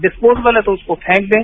disposable है तो उसको फेंक दें